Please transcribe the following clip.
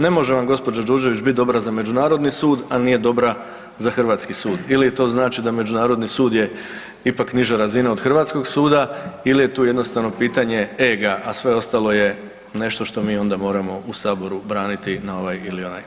Ne može vam gospođa Đurđević bit dobra za Međunarodni sud, a nije dobra za hrvatski sud ili to znači da Međunarodni sud je ipak niža razina od hrvatskog suda ili je tu jednostavno pitanje ega, a sve ostalo je nešto što mi onda moramo u Saboru braniti na ovaj ili onaj način.